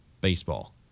baseball